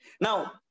Now